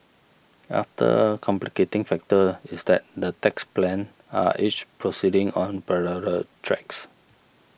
after complicating factor is that the tax plans are each proceeding on parallel tracks